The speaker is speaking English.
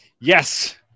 Yes